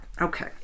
Okay